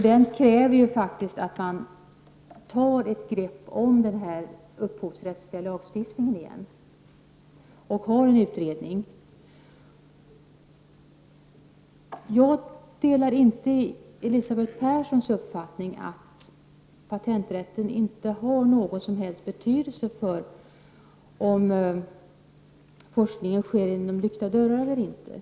Det krävs faktiskt att man på nytt tar ett grepp på den upphovsrättsliga lagstiftningen och gör en utredning på området. Jag delar inte Elisabeth Perssons uppfattning att patenträtten inte har någon som helst betydelse för om forskningen sker bakom lyckta dörrar eller inte.